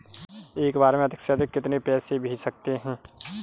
एक बार में अधिक से अधिक कितने पैसे भेज सकते हैं?